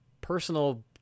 personal